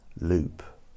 loop